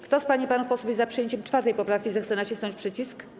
Kto z pań i panów posłów jest za przyjęciem 4. poprawki, zechce nacisnąć przycisk.